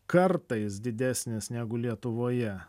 kartais didesnis negu lietuvoje